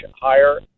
higher